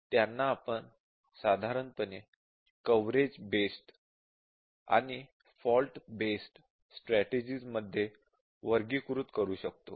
त्यांना आपण साधारणपणे कव्हरेज बेस्ड आणि फॉल्ट बेस्ड स्ट्रॅटेजिज़ मध्ये वर्गीकृत करू शकतो